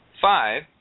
Five